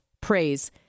praise